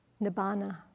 Nibbana